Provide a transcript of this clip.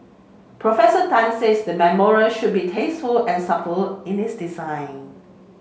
Professor Tan says the memorial should be tasteful and subtle in its design